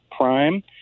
prime